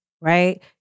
right